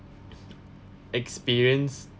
experience